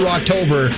October